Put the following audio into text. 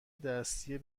دستی